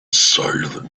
silent